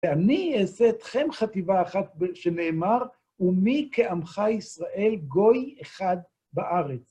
ואני אעשה אתכם חטיבה אחת שנאמר, ומי כעמך ישראל גוי אחד בארץ?